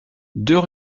deux